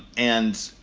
and.